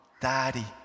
Daddy